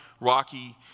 rocky